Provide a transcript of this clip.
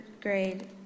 grade